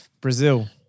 Brazil